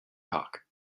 talk